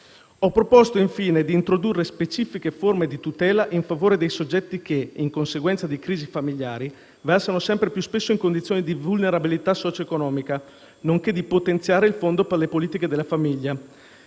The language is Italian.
Ho proposto infine di introdurre specifiche forme di tutela in favore dei soggetti che, in conseguenza di crisi familiari, versano sempre più spesso in condizioni di vulnerabilità socio-economica, nonché di potenziare il fondo per le politiche della famiglia,